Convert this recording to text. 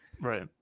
Right